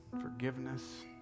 forgiveness